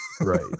Right